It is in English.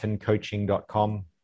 coaching.com